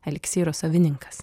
eliksyro savininkas